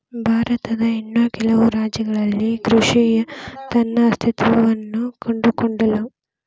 ಭಾರತದ ಇನ್ನೂ ಕೆಲವು ರಾಜ್ಯಗಳಲ್ಲಿ ಕೃಷಿಯ ತನ್ನ ಅಸ್ತಿತ್ವವನ್ನು ಕಂಡುಕೊಂಡಿಲ್ಲ